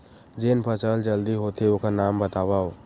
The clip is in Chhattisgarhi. जेन फसल जल्दी होथे ओखर नाम बतावव?